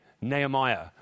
Nehemiah